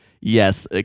yes